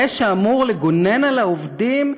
זה שאמור לגונן על העובדים,